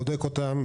בודק אותם,